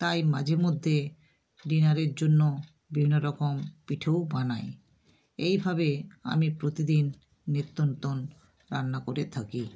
তাই মাঝে মধ্যে ডিনারের জন্য বিভিন্ন রকম পিঠেও বানাই এইভাবে আমি প্রতিদিন নিত্য নতুন রান্না করে থাকি